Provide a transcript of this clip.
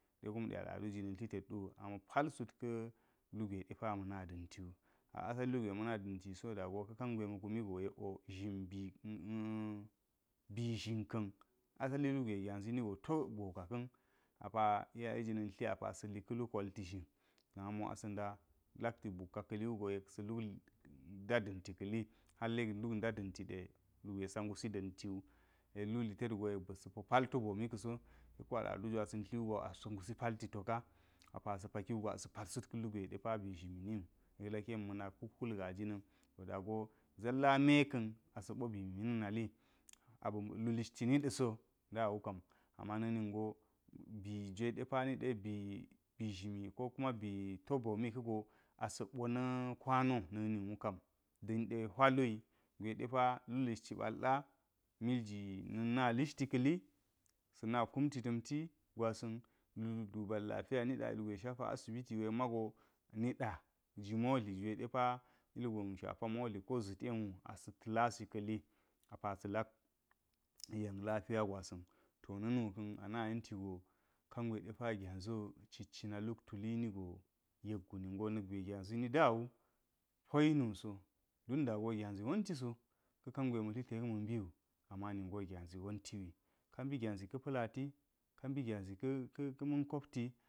Ɗe kume al’adu jiua̱n hi tedda amạ pal ted ka̱ lu gwe maꞌno da̱ntiwa a’asali lugwe maꞌne da̱nti da kangwe ma̱ kumi go yek wo zhir bi bi zhin ka̱n asali lugwe gyazi ni go to boo ka ka̱- apa iyaye jinan hi asa̱li apa sa̱li ka̱lu kolti zhir namo asa̱ hda lakti bukka ka̱li wogo yek se̱ lukki nda̱ da̱nti ka̱li hal yek lu nda da̱nti de lugwe sa̱ nda da̱ntiwu yek luk li tedgo yek ba̱sa̱ palto boomi ka̱so seko al’adu jwasa̱n hi wugo a pa se fhongubi palti ta ka apa sa̱ pathi wo a sa̱ ngusi palti toka apa sa̱ ngusi palti to kall lugwe bi zhrimi niwu yek laki yek ma̱ nak hwul gas ga̱na̱ni da go zalla meka̱n asa̱ bo bimi na̱ nali aba̱ lu hititi ni da̱ so de wu kam ama na̱k ninjo bi jwe dipawe niɗe bi zhrimi ko kuma bi – to bromi ka̱go ase ɓo na kwani na̱k ninwu kam da̱nɗe hwalu wi gwe de pawe lu lishi ba̱l ɗa mil jinsu na lishti ka̱li sa̱na kunti to̱mti gwaba̱n lu dubata lapiya niɗa ilgwe shapa asibiti wu mago nuɗa ji modli jwe dipa iljwon shapa modli ko za̱t yen wu asa̱ ta̱la si ka̱li apa salak yen lapiya gwesa̱n to na̱nuka̱n ana yenti go kengwe depa gyazi wo citicina luk tuli nigo yek gu ninga yek gu na̱gwe gyazi ni da wu payi nu so don dago gyazi wonti so ka̱ kangwe ma̱ hi yek ma̱ mbiwu ama ningo gyazi wonti wi ka mbi gyazi ka pa̱latika mbi gyazi ka̱ ka̱ ma̱n kopti.